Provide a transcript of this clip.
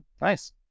nice